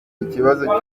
ikibazo